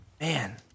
Man